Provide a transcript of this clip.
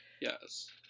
Yes